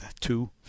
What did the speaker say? Two